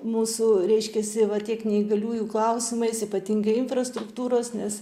mūsų reiškiasi va tiek neįgaliųjų klausimais ypatingai infrastruktūros nes